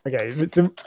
Okay